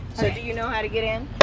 so do you know how to get in?